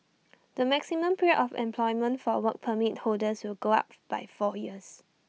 the maximum period of employment for Work Permit holders will go up by four years